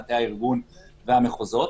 מטה הארגון והמחוזות.